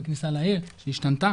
בכניסה לעיר שהשתנתה.